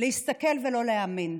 להסתכל ולא להאמין.